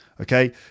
Okay